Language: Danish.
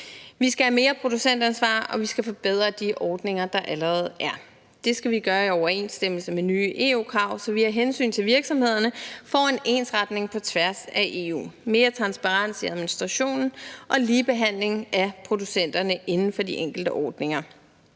Vi skal have mere producentansvar, og vi skal forbedre de ordninger, der allerede er. Det skal vi gøre i overensstemmelse med nye EU-krav, så vi af hensyn til virksomhederne får en ensretning på tværs af EU, mere transparens i administrationen og ligebehandling af producenterne inden for de enkelte ordninger.